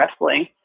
wrestling